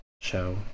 show